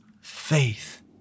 Faith